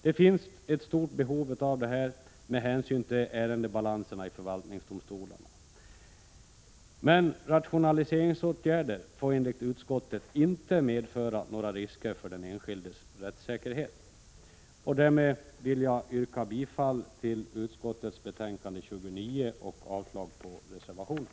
Det finns ett stort behov av detta med hänsyn till ärendebalanserna i förvaltningsdomstolarna. Men rationaliseringsåtgärder får enligt utskottet inte medföra några risker för den enskildes rättssäkerhet. Därmed yrkar jag bifall till utskottets hemställan i betänkande 29 och avslag på reservationen.